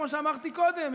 כמו שאמרתי קודם,